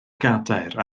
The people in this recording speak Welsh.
gadair